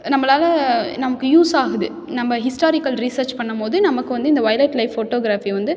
நம்மளால நமக்கு யூஸ் ஆகுது நம்ம ஹிஸ்டாரிக்கல் ரீஸர்ச் பண்ணும் போது நமக்கு வந்து இந்த வொய்லெட் லைஃப் ஃபோட்டோகிராஃபி வந்து